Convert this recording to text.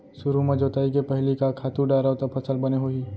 सुरु म जोताई के पहिली का खातू डारव त फसल बने होही?